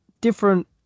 Different